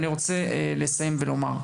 אני רוצה לסיים ולומר: